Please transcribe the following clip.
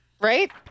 Right